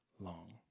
long